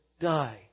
die